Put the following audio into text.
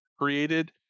created